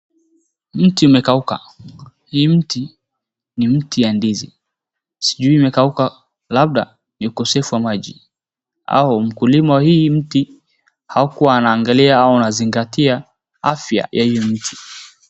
Mti umekauka. Hii mti ni mti ya ndizi. Sijui imekauka labda ni ukosefu wa maji au mkulima wa hii mti hakuwa anaangalia au anazingatia afya ya hii mti.